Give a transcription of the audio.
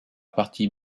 partie